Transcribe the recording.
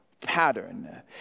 pattern